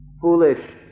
foolish